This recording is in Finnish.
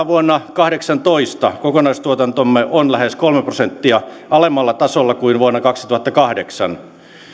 vuonna kahdeksantoista kokonaistuotantomme on lähes kolme prosenttia alemmalla tasolla kuin vuonna kaksituhattakahdeksan